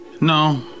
no